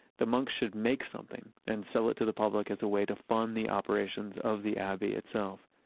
the monks should make something and sell it to the public as a way to fund the operations of the abbey itself.